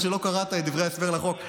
אני חושב שלא קראת את דברי ההסבר לחוק.